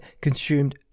consumed